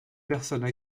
personnes